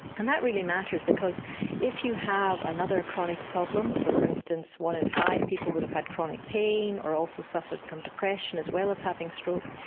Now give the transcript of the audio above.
and that really matters because if you have another chronic problem, so for instance one in five people would have had chronic pain or also suffered from depression as well as having stroke,